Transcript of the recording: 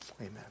Amen